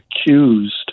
accused